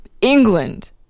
England